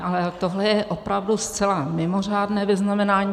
Ale tohle je opravdu zcela mimořádné vyznamenání.